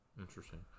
Interesting